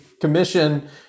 commission